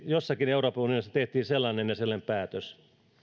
jossakin euroopan unionissa tehtiin sellainen ja sellainen päätös